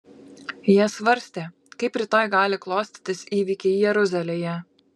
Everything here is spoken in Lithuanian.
jie svarstė kaip rytoj gali klostytis įvykiai jeruzalėje